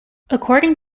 according